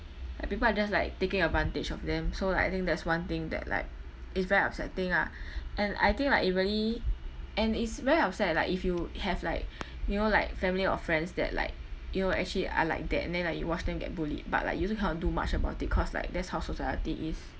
like people are just like taking advantage of them so like I think that's one thing that like is very upsetting lah and I think like it really and it's very upset like if you have like you know like family or friends that like you know actually are like that and then like you watch them get bullied but like you also cannot do much about it cause like that's how society is